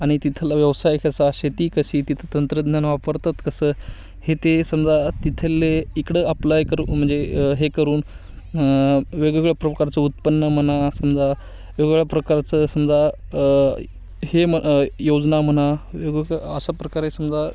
आणि तिथला व्यवसाय कसा शेती कशी तिथं तंत्रज्ञान वापरतात कसं हे ते समजा तिथले इकडं अप्लाय करू म्हणजे हे करून वेगवेगळ्या प्रकारचं उत्पन्न म्हणा समजा वेगवेगळ्या प्रकारचं समजा हे म योजना म्हणा वेगवेगळं अशा प्रकारे समजा